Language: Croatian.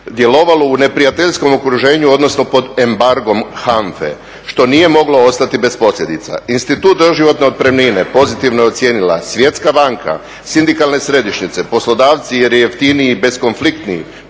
djelovalo u neprijateljskom okruženju odnosno pod embargom HANFA-e što nije moglo ostati bez posljedica. Institut doživotne otpremnine pozitivno je ocijenila Svjetska banka, sindikalne središnjice, poslodavci jer je jeftiniji i bezkonfliktiniji,